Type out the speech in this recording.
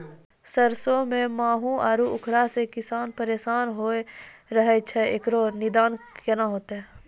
सरसों मे माहू आरु उखरा से किसान परेशान रहैय छैय, इकरो निदान केना होते?